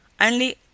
Only